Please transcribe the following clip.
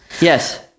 Yes